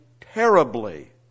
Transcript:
terribly